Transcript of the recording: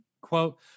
quote